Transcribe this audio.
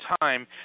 time